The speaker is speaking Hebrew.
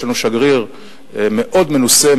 יש לנו שגריר מאוד מנוסה,